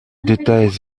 d’état